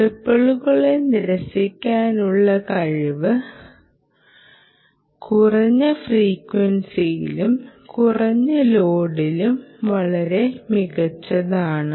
റിപ്പിളുകളെ നിരസിക്കാനുള്ള കഴിവ് കുറഞ്ഞ ഫ്രീക്വൻസിയിലും കുറഞ്ഞ ലോഡിലും വളരെ മികച്ചതാണ്